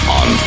on